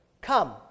come